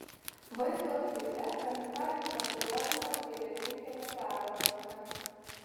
vaizdo klipe kamikadzių pasirodymas geležinkelio pervažose